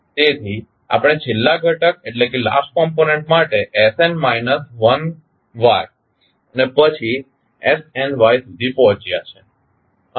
તેથી આપણે છેલ્લા ઘટક માટે sn માઈનસ 1Y અને પછી snY સુધી પહોંચ્યા છે